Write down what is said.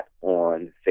on